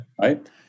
Right